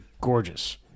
gorgeous